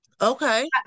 Okay